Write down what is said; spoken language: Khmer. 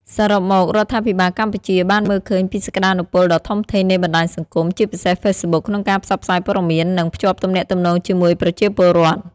សរុបមក រដ្ឋាភិបាលកម្ពុជាបានមើលឃើញពីសក្តានុពលដ៏ធំធេងនៃបណ្ដាញសង្គម ជាពិសេស Facebook ក្នុងការផ្សព្វផ្សាយព័ត៌មាន និងភ្ជាប់ទំនាក់ទំនងជាមួយប្រជាពលរដ្ឋ។